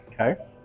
Okay